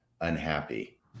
unhappy